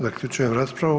Zaključujem raspravu.